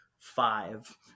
Five